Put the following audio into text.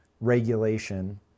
regulation